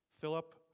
Philip